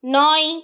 নয়